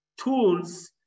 tools